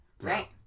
Right